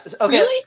Okay